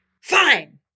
fine